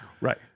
Right